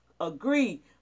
agree